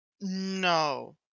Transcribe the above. No